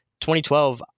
2012